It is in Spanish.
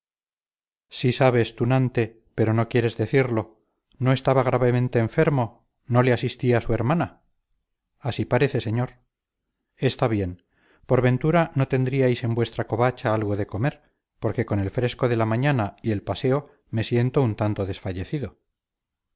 sí sabes tunante pero no quieres decirlo no estaba gravemente enfermo no le asistía su hermana así parece señor está bien por ventura no tendríais en vuestra covacha algo de comer porque con el fresco de la mañana y el paseo me siento un tanto desfallecido